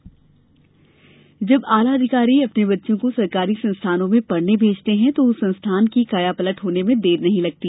अनूठी पहल जब आला अधिकारी अपने बच्चों को सरकारी संस्थानों में पढ़ने भेजते है तो उस संस्थान की कायापलट होने में देर नहीं लगती